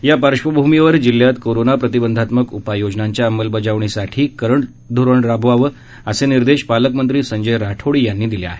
यापार्श्वभूमीवर जिल्ह्यात कोरोना प्रतिबंधत्मक उपाययोजनांच्या अंमलबजावणीसाठी कठोर धोरण राबवावं असे निर्देश पालकमंत्री संजय राठोड यांनी दिले आहेत